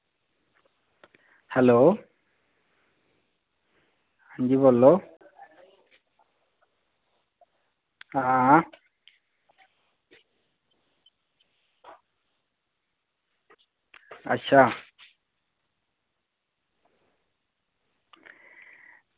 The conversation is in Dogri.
हैलो हां जी बोल्लो आं अच्छा